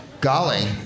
Golly